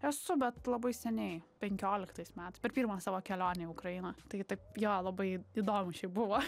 esu bet labai seniai penkioliktais metais per pirmą savo kelionę į ukrainą tai taip jo labai įdomu šiaip buvo